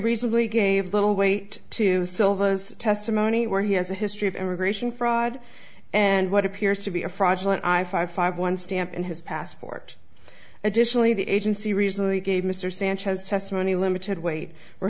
recently gave little weight to sylvia's testimony where he has a history of immigration fraud and what appears to be a fraudulent i five five one stamp in his passport additionally the agency recently gave mr sanchez testimony limited wait for